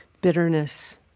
Bitterness